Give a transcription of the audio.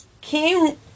King